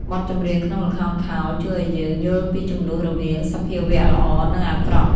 បទចម្រៀងក្នុងល្ខោនខោលជួយឱ្យយើងយល់ពីជម្លោះរវាងសភាវៈល្អ និងអាក្រក់។